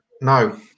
no